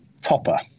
Topper